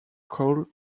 call